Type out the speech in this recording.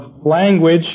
language